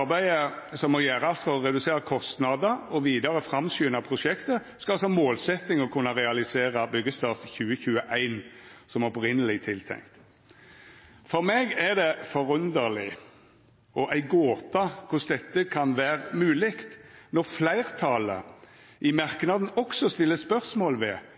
Arbeidet som gjøres for å ytterligere redusere kostnader og videre fremskynde prosjektet, skal ha målsetting om å kunne realisere byggestart i 2021 som opprinnelig tiltenkt.» For meg er det forunderleg og ei gåte korleis dette kan vera mogleg når fleirtalet i merknaden også stiller spørsmål ved